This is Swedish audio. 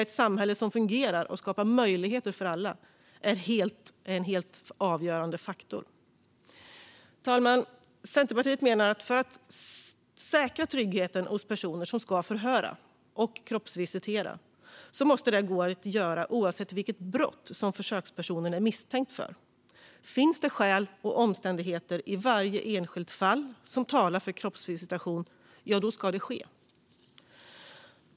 Ett samhälle som fungerar och skapar möjligheter för alla är en helt avgörande faktor. Fru talman! Centerpartiet menar att om man ska kunna säkra tryggheten hos personer som ska förhöra och kroppsvisitera måste det gå att göra oavsett vilket brott förhörspersonen är misstänkt för. Finns det skäl och omständigheter i varje enskilt fall som talar för kroppsvisitation ska det ske.